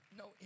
no